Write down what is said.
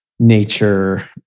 nature